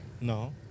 No